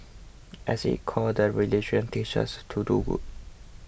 at its core the religion teaches to do good